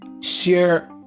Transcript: share